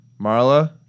Marla